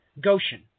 Goshen